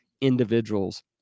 individuals